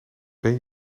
ben